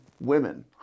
women